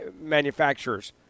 manufacturers